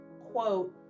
quote